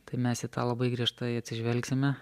tai mes į tą labai griežtai atsižvelgsime